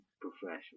professional